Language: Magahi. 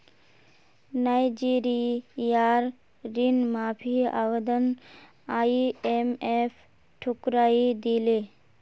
नाइजीरियार ऋण माफी आवेदन आईएमएफ ठुकरइ दिले